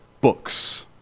Books